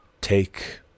take